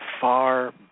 far